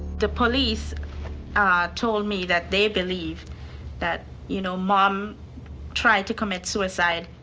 the police ah told me that they believe that you know mom tried to commit suicide,